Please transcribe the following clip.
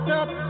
up